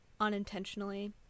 unintentionally